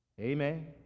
Amen